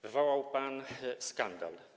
Wywołał pan skandal.